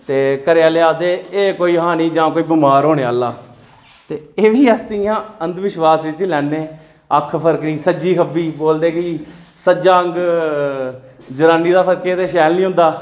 ते घरै आह्ले आखदे एह् कोई हानि जां कोई बमार होने आह्ला ते एह् बी अस इ'यां अंध विश्वास इच ही लैने अक्ख फड़कनी सज्जी खब्बी बोलदे कि सज्जा अंग जनानी दा फड़के ते शैल नीं होंदा